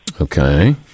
Okay